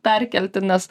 perkelti nes